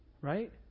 right